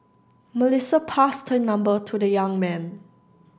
Melissa passed her number to the young man